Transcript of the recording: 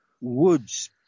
woods